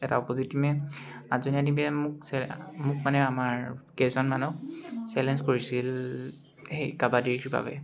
এটা অপ'জিট টিমে আঠজনীয়া টিমে মোক চে মোক মানে আমাৰ কেইজনমানক চেলেঞ্জ কৰিছিল সেই কাবাডীৰ বাবে